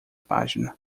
página